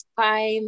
time